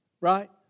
right